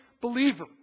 believer